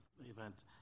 event